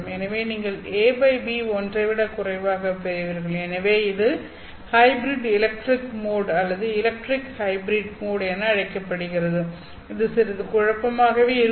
எனவே நீங்கள் AB ஒன்றை விட குறைவாக பெறுவீர்கள் எனவே இது ஹைப்ரிட் எலக்ட்ரிக் மோட் அல்லது எலக்ட்ரிக் ஹைப்ரிட் மோட் என அழைக்கப்படுகிறது இது சிறிது குழப்பமாகவே இருக்கும்